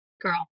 Girl